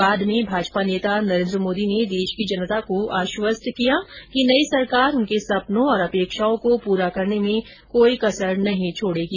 बाद में भाजपा नेता नरेंद्र मोदी ने देश की जनता को आश्वस्त किया कि नई सरकार उनके सपनों और अपेक्षाओं को पूरा करने में कोई कसर नहीं छोड़गी